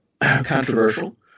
controversial